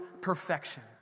perfection